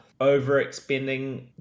overexpending